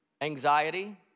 anxiety